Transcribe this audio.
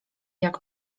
jak